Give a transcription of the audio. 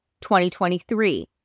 2023